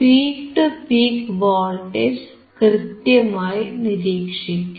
peak to peak voltage കൃത്യമായി നിരീക്ഷിക്കൂ